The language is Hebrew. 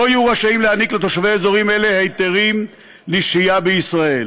לא יהיו רשאים להעניק לתושבי האזורים האלה היתרים לשהייה בישראל.